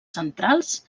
centrals